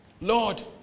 Lord